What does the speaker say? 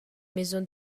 maison